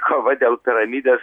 kova dėl piramidės